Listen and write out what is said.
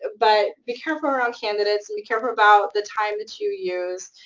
but be careful around candidates, and be careful about the time that you use